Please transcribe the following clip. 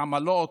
עמלות,